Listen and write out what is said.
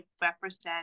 represent